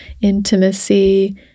intimacy